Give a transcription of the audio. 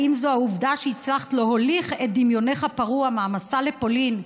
האם זו העובדה שהצלחת להוליך את דמיונך הפרוע מהמסע לפולין,